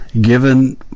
given